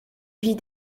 vie